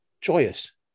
Joyous